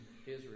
Israel